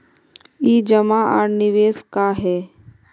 ई जमा आर निवेश का है?